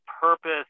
purpose